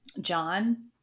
john